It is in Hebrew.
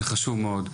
שזה חשוב מאוד,